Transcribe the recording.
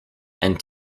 and